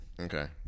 Okay